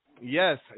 Yes